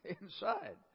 inside